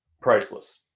priceless